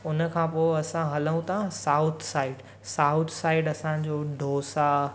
उन खां पोइ असां हलऊं था साउथ साइड साउथ साइड असांजो डोसा